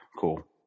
cool